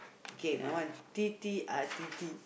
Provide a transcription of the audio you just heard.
okay my one tete-a-tete